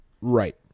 Right